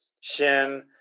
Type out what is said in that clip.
shin